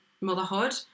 motherhood